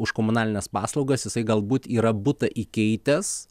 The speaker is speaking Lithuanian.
už komunalines paslaugas jisai galbūt yra butą įkeitęs